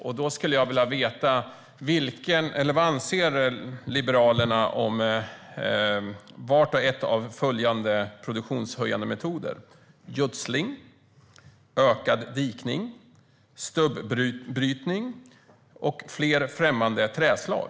Jag undrar därför vad Liberalerna anser om var och en av följande produktionshöjande metoder: gödsling, ökad dikning, stubbrytning och fler främmande träslag.